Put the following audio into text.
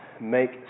make